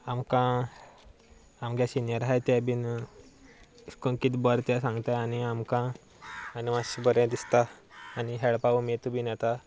आमकां आमचे सिनियर आसात ते बीन अशे करून कितें बरें ते सांगता आनी आमकां आनी मातशें बरें दिसता आनी खेळपा उमेद बीन येता